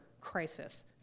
crisis